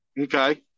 Okay